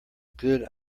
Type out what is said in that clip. good